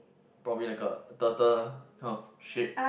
probably like a turtle kind of shape